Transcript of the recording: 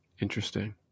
Interesting